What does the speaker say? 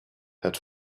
had